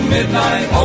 Midnight